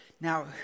now